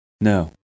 No